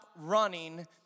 running